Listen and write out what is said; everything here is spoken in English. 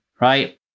right